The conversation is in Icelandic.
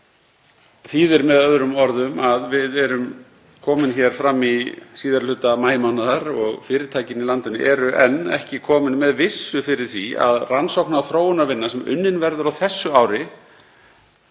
þýðir með öðrum orðum að við erum komin hér fram í síðari hluta maímánaðar og fyrirtækin í landinu eru enn ekki komin með vissu fyrir því að rannsóknar- og þróunarvinna sem unnin verður á þessu ári